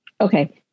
Okay